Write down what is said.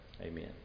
Amen